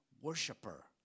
worshiper